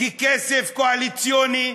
ככסף קואליציוני.